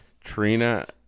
Trina